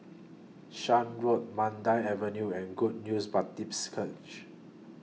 Shan Road Mandai Avenue and Good News Baptist Church